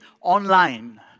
online